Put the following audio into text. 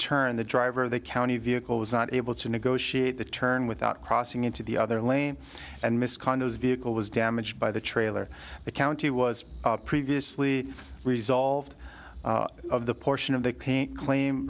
turn the driver of the county vehicle was not able to negotiate the turn without crossing into the other lane and miss condo's vehicle was damaged by the trailer but county was previously resolved of the portion of the paint claim